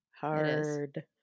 Hard